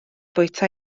bwyta